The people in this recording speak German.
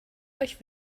euch